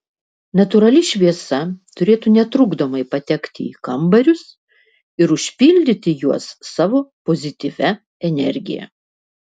natūrali šviesa turėtų netrukdomai patekti į kambarius ir užpildyti juos savo pozityvia energija